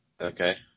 Okay